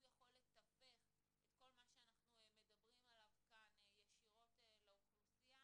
הוא יכול לתווך את כל מה שאנחנו מדברים עליו כאן ישירות לאוכלוסייה,